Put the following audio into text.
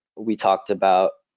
we talked about,